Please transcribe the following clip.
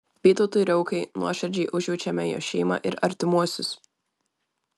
vytautui riaukai nuoširdžiai užjaučiame jo šeimą ir artimuosius